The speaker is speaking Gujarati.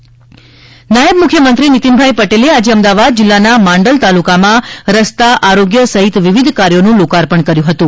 નીતિન પટેલ નાયબ મુખ્યમંત્રીશ્રી નીતિનભાઇ પટેલે આજે અમદાવાદ જિલ્લાના માંડલ તાલુકામાં રસ્તા આરોગ્ય સહિત વિવિધ કાર્યોનું લોકાર્પણ કર્યું હતું